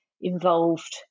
involved